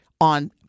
on